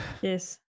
Yes